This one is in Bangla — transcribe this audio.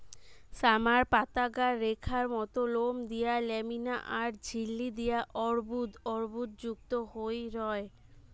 সামার পাতাগা রেখার মত লোম দিয়া ল্যামিনা আর ঝিল্লি দিয়া অর্বুদ অর্বুদযুক্ত হই রয়